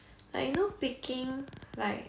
like you know picking like